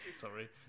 Sorry